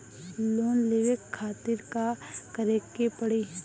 Loan लेवे खातिर का करे के पड़ी?